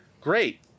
Great